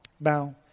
bow